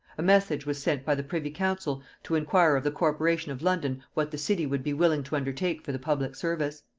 a message was sent by the privy-council to inquire of the corporation of london what the city would be willing to undertake for the public service?